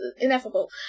Ineffable